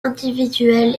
individuel